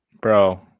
Bro